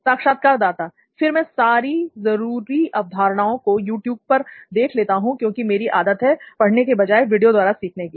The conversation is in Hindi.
साक्षात्कारदाता फिर मैं सारी जरूरी अवधारणाओ को यूट्यूब पर देख लेता हूं क्योंकि मेरी आदत है पढ़ने के बजाय वीडियो द्वारा सीखने की